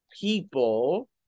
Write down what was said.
people